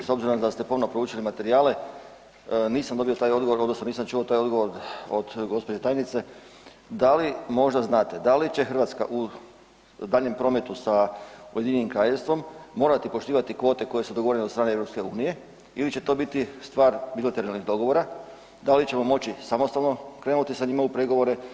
S obzirom da ste pomno proučili materijale, nisam dobio taj odgovor, odnosno nisam čuo taj odgovor od gđe. tajnice, da li možda znate, da li će Hrvatska u daljnjem prometu sa UK-om morati poštivati kvote koje su dogovorene od strane EU ili će to biti stvar bilateralnih dogovora, da li ćemo moći samostalno krenuti sa njima u pregovore?